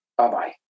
Bye-bye